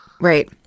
right